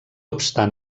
obstant